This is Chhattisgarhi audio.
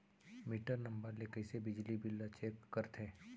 मीटर नंबर ले कइसे बिजली बिल ल चेक करथे?